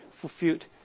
fulfilled